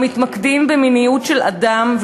המתמקדים במיניות של אדם,